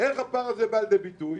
איך הפער הזה בא לידי ביטוי?